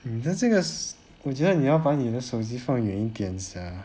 你的这个我觉得你要把你的手机放远一点 sia